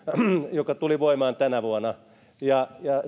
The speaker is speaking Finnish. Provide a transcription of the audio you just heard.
joka tuli voimaan tänä vuonna ja